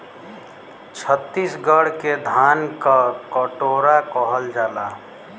छतीसगढ़ के धान क कटोरा कहल जाला